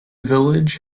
village